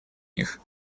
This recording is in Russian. них